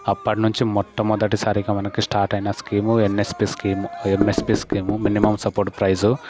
అప్పటినుంచి మొట్టమొదటిసారిగా మనకి స్టార్ట్ అయిన scheme MSP scheme MSP scheme minimum support price